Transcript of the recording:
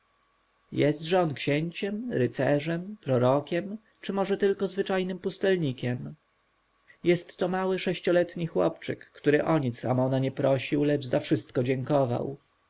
jestże on księciem rycerzem prorokiem czy może tylko zwyczajnym pustelnikiem jest to mały sześcioletni chłopczyk który o nic amona nie prosił lecz za wszystko dziękował